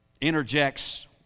interjects